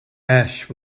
ash